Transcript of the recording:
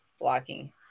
blocking